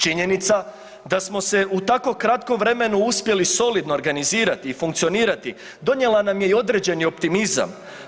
Činjenica da smo se u tako kratkom vremenu uspjeli solidno organizirati i funkcionirati donijela nam je i određeni optimizam.